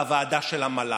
והוועדה של המל"ל: